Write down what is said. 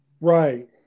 Right